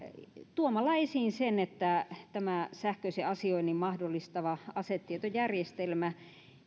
tuomalla esiin sen että tämä sähköisen asioinnin mahdollistava asetietojärjestelmä